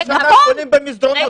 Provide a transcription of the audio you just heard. כל שנה חולים במסדרונות.